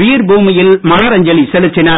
வீர் பூமியில் மலர் அஞ்சலி செலுத்தினர்